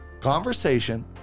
conversation